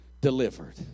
delivered